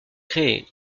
créé